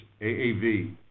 AAV